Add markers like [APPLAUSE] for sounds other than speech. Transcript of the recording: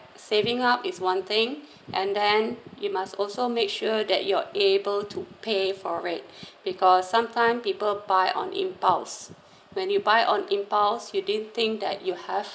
saving up is one thing [BREATH] and then you must also make sure that you're able to pay for it [BREATH] because sometime people buy on impulse [BREATH] when you buy on impulse you didn't think that you have